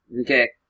okay